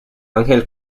ángel